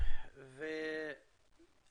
מקצועית ואני